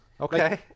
Okay